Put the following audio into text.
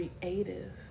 creative